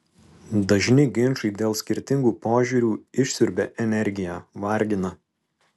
dažni ginčai dėl skirtingų požiūrių išsiurbia energiją vargina